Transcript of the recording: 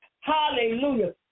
Hallelujah